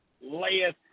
layeth